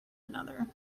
another